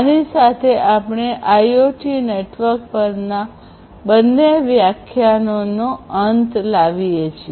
આની સાથે આપણે આઇઓટી નેટવર્ક પરના બંને વ્યાખ્યાનોનો અંત લાવીએ છીએ